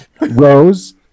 Rose